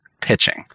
pitching